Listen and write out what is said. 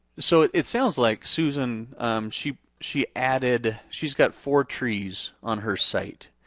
so it it sounds like susan she she added, she's got four trees on her site.